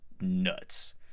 nuts